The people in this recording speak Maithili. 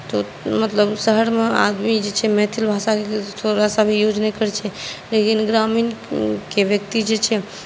तऽ मतलब शहरमे आदमी जे छै जे मैथिल भाषाकेँ थोड़ा भी युज नहि करै छै लेकिन ग्रामीणके व्यक्ति जे छै